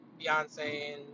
Beyonce